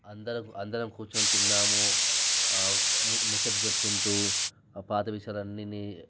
అందరం అందరం కూర్చోని తిన్నాము ఆ ము ముచ్చట్లు చెప్పుకుంటూ ఆ పాతవిషయాలు అన్నీ ని